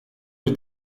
bir